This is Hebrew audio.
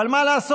אבל מה לעשות,